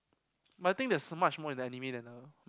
but I think there's so much more in anime than the